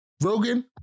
Rogan